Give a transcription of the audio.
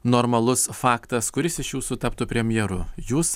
normalus faktas kuris iš jūsų taptų premjeru jūs